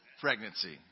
pregnancy